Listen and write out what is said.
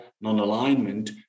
non-alignment